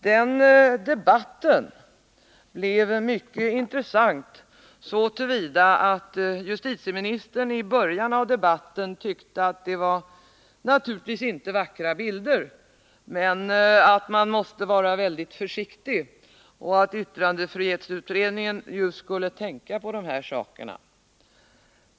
Den debatten blev mycket intressant så till vida att justitieministern i början sade att det naturligtvis inte var vackra bilder men att man måste vara mycket försiktig. Yttrandefrihetsutredningen skulle tänka på de här sakerna.